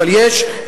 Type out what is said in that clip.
אבל יש,